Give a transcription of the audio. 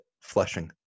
flushing